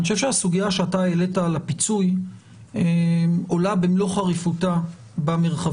אני חושב שהסוגיה שאתה העלית על הפיצוי עולה במלוא חריפותה במרחבים